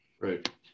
Right